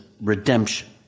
redemption